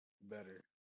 better